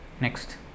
Next